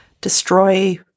destroy